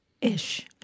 Ish